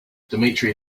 dmitry